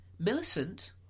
Millicent